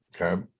okay